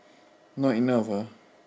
not enough ah